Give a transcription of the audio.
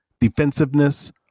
defensiveness